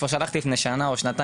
כבר שלחתי פנייה לפני שנה או שנתיים,